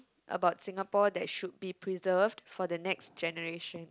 about Singapore that should be preserved for the next generation